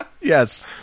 Yes